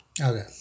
Okay